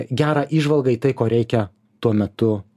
gerą įžvalgą į tai ko reikia tuo metu